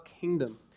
kingdom